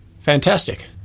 fantastic